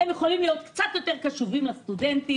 הם יכולים להיות קצת יותר קשובים לסטודנטים.